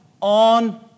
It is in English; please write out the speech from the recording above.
on